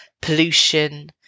pollution